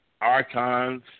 archons